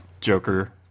Joker